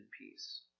peace